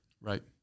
Right